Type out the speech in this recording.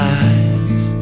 eyes